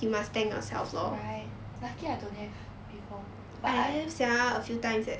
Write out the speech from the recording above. right lucky I don't have before but I